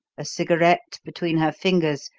a cigarette between her fingers,